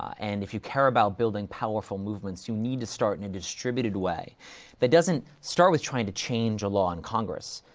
and if you care about building powerful movements, you need to start in a distributed way that doesn't start with trying to change a law in congress,